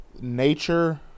Nature